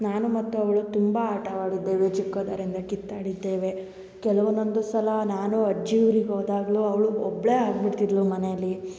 ನಾನು ಮತ್ತು ಅವಳು ತುಂಬ ಆಟವಾಡಿದ್ದೇವೆ ಚಿಕ್ಕಂದಿರಿಂದ ಕಿತ್ತಾಡಿದ್ದೇವೆ ಕೆಲ ಒಂದೊಂದು ಸಲ ನಾನು ಅಜ್ಜಿ ಊರಿಗೆ ಹೋದಾಗ್ಲು ಅವಳು ಒಬ್ಬಳೇ ಆಗ್ಬಿಡ್ತಿದ್ದಳು ಮನೇಲಿ